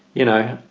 you know,